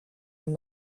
when